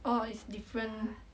orh it's different